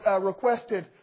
requested